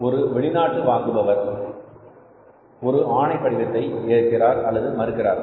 ஒரு வெளிநாட்டுவாங்குபவர் ஒரு ஆணை படிவத்தை ஏற்கிறார் அல்லது மறுக்கிறார்